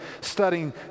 studying